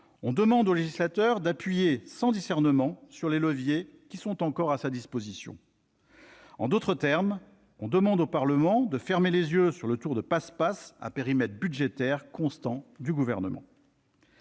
on demande au législateur d'actionner sans discernement les leviers qui sont encore à sa disposition. En d'autres termes, je crains que l'on demande au Parlement de fermer les yeux sur le tour de passe-passe opéré à périmètre budgétaire constant par le Gouvernement.